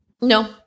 No